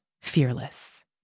fearless